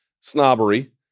snobbery